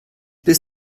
bis